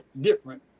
different